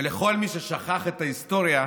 ולכל מי ששכח את ההיסטוריה,